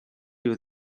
you